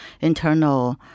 internal